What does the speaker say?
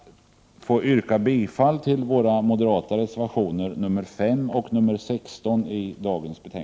Jag yrkar bifall till de moderata reservationerna nr 5 och nr 16.